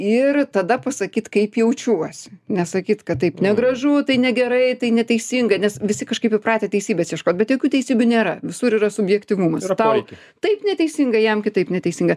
ir tada pasakyt kaip jaučiuosi nesakyt kad taip negražu tai negerai tai neteisinga nes visi kažkaip įpratę teisybės ieškot bet jokių teisybių nėra visur yra subjektyvuma protaut taip neteisinga jam kitaip neteisinga